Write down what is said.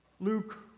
Luke